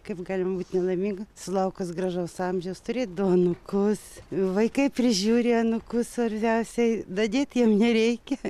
kaip galime būti laimingi sulaukęs gražaus amžiaus turėt du anūkus vaikai prižiūri anūkus ar sesei dadėti jiem nereikia